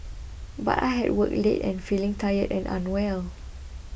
but I had worked late and feeling tired and unwell